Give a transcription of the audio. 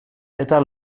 eta